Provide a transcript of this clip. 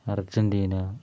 Argentina